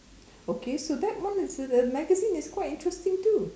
okay so that one the is the magazine is quite interesting too